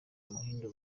muhindo